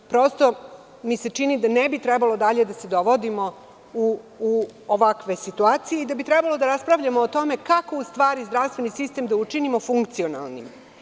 Prosto mi se čini da ne bi trebalo dalje da se dovodimo u ovakve situacije i da bi trebalo da raspravljamo o tome kako zdravstveni sistem da učinimo funkcionalnim.